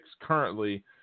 currently